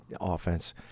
offense